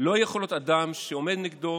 לא יכול להיות אדם שעומד נגדו